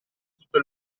tutto